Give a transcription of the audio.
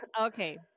Okay